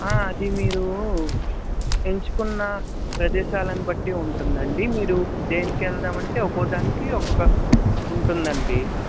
ఆ అది మీరు ఎంచుకున్న ప్రదేశాలని బట్టి ఉంటుందండి మీరు దేనికి వెళ్దామంటే ఒక్కోక్క దానికి ఒక్కొక్కటి ఉంటుందండి